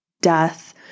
death